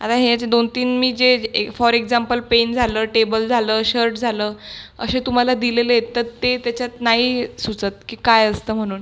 आता हे जे दोनतीन मी जे ए फॉर एक्झाम्पल पेन झालं टेबल झालं शर्ट झालं असे तुम्हाला दिलेले आहेत तर ते त्याच्यात नाही सुचत की काय असतं म्हणून